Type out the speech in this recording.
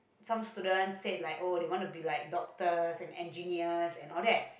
some students said like oh they want to be like doctors and engineers and all that